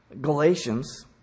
Galatians